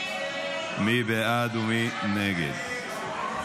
מי בעד ומי נגד?